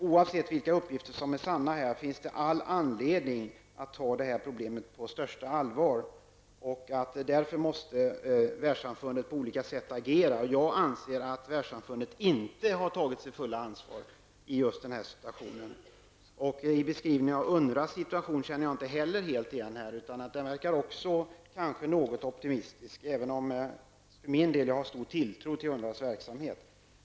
Oavsett vilka uppgifter som är sanna finns det all anledning att ta detta problem på största allvar. Därför måste världssamfundet på olika sätt agera. Jag anser att världssamfundet inte har tagit sitt fulla ansvar i just den här situationen. Jag känner inte heller igen beskrivningen av UNRWAs situation. Den verkar kanske också något optimistisk, även om jag för min del har stor tilltro till UNWRAs verksamhet.